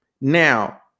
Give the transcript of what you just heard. Now